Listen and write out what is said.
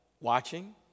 Watching